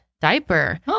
diaper